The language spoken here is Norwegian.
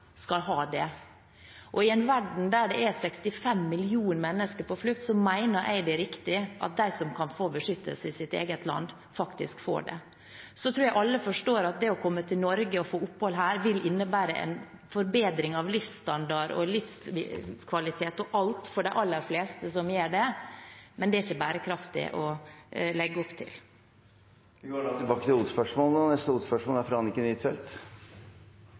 I en verden der det er 65 millioner mennesker på flukt, mener jeg det er riktig at de som kan få beskyttelse i sitt eget land, faktisk får det. Jeg tror at alle forstår at det å komme til Norge og få opphold her vil innebære en forbedring av livsstandard og livskvalitet – av alt – for de aller fleste som gjør det, men det er ikke bærekraftig å legge opp til. Vi går videre til neste hovedspørsmål. Mitt spørsmål går til utenriksministeren. Myanmar er